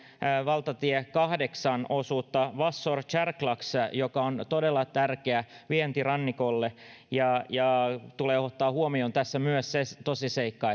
valtatie kahdeksan osuuden vassor kärklax joka on todella tärkeä vientirannikolle ja ja tässä tulee ottaa huomioon myös se se tosiseikka